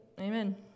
Amen